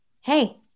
hey